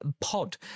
pod